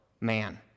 man